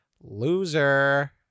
Loser